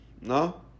No